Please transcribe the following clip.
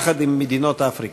יחד עם מדינות אפריקה.